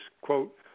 quote